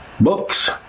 books